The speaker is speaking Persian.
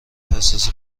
حساس